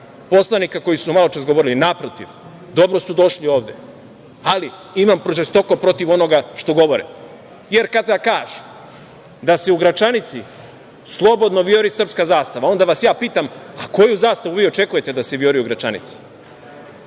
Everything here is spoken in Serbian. poslanika koji su maločas govorili, naprotiv, dobro su došli ovde, ali imam žestoko protiv onoga što govore. Jer, kada kažu da se u Gračanici slobodno vijori srpska zastava, onda vas ja pitam – a koju zastavu vi očekujete da se vijori u Gračanici? Kada